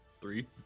Three